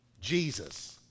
Jesus